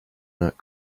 not